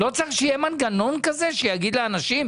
לא צריך להיות מנגנון כזה, שיגיד לאנשים?